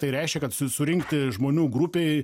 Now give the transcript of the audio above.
tai reiškia kad susurinkti žmonių grupei